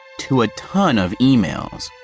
to a ton of emails.